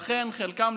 לכן חלקם,